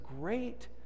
great